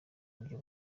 buryo